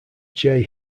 jay